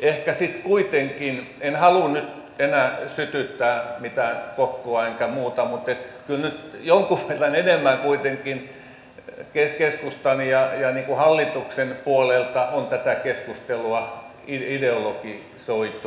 ehkä sitten kuitenkin en halua nyt enää sytyttää mitään kokkoa enkä muuta kyllä jonkun verran enemmän keskustan ja hallituksen puolelta on tätä keskustelua ideologisoitu